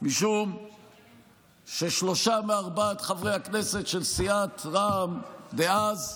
משום ששלושה מארבעת חברי הכנסת של סיעת רע"מ דאז,